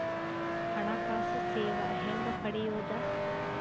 ಹಣಕಾಸು ಸೇವಾ ಹೆಂಗ ಪಡಿಯೊದ?